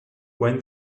when